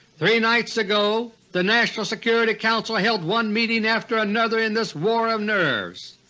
three nights ago the national security council held one meeting after another in this war of nerves.